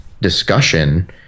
discussion